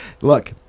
look